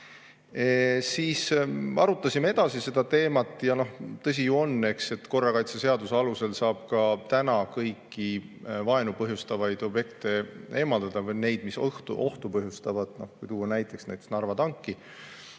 Siis arutasime edasi seda teemat. Tõsi ju on, et korrakaitseseaduse alusel saab ka täna kõiki vaenu põhjustavaid objekte eemaldada või neid, mis ohtu põhjustavad, kui tuua näiteks Narva tanki.